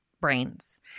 brains